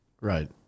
Right